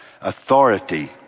authority